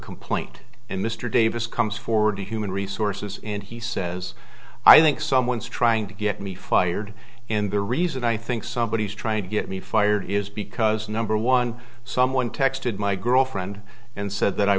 complaint and mr davis comes forward to human resources and he says i think someone's trying to get me fired and the reason i think somebody is trying to get me fired is because number one someone texted my girlfriend and said that i